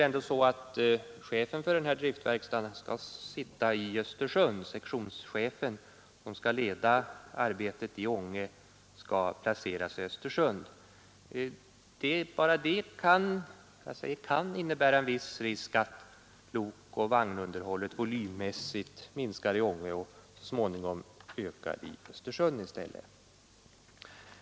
Men sektionschefen som skall leda arbetet i Ånge skall väl vara placerad i Östersund, och bara det kan — jag säger kan — innebära en viss risk för att lokoch vagnunderhållet volymmässigt minskar i Ånge och så småningom ökar i Östersund i stället.